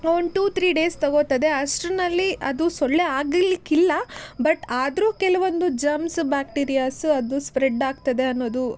ಒಂದು two three days ತಗೋತದೆ ಅಷ್ಟ್ರಲ್ಲಿ ಅದು ಸೊಳ್ಳೆ ಆಗಲಿಕ್ಕಿಲ್ಲ ಬಟ್ ಆದರೂ ಕೆಲವೊಂದು ಜಮ್ಸ್ ಬ್ಯಾಕ್ಟೀರಿಯಾಸ್ ಅದು ಸ್ಪ್ರೆಡ್ ಆಗ್ತದೆ ಅನ್ನೋದು